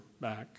back